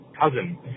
cousin